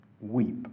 Weep